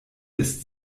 ist